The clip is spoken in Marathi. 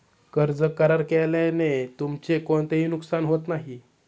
कर्ज करार केल्याने तुमचे कोणतेही नुकसान होत नाही